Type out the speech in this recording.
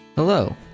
Hello